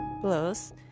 plus